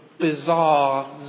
bizarre